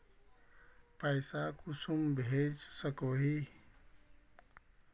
पैसा कुंसम भेज सकोही?